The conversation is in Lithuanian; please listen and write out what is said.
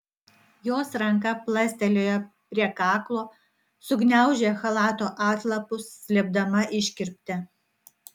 jos ranka plastelėjo prie kaklo sugniaužė chalato atlapus slėpdama iškirptę